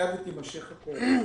היה ותימשך הקורונה.